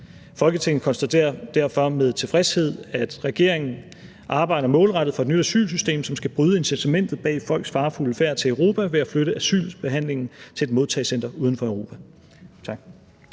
Folketinget konstaterer derfor med tilfredshed, at regeringen arbejder målrettet for et nyt asylsystem, som skal bryde incitamentet bag folks farefulde færd til Europa ved at flytte asylsagsbehandlingen til et modtagelsescenter uden for Europa.«